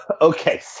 Okay